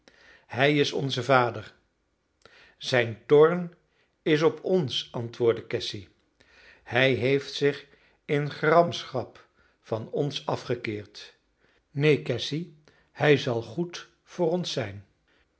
hij is onze vader zijn toorn is op ons antwoordde cassy hij heeft zich in gramschap van ons afgekeerd neen cassy hij zal goed voor ons zijn